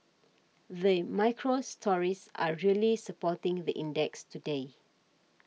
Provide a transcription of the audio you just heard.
the micro stories are really supporting the index today